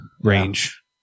range